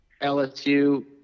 LSU